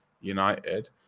United